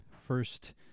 first